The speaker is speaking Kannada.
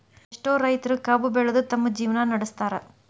ಎಷ್ಟೋ ರೈತರು ಕಬ್ಬು ಬೆಳದ ತಮ್ಮ ಜೇವ್ನಾ ನಡ್ಸತಾರ